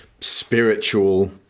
spiritual